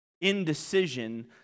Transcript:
Indecision